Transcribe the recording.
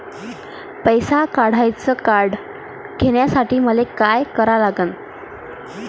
पैसा काढ्याचं कार्ड घेण्यासाठी मले काय करा लागन?